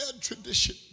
tradition